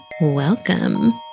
welcome